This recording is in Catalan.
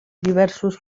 diversos